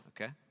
Okay